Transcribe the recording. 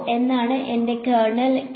എന്താണ് എന്റെ kernel K